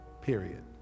Period